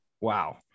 Wow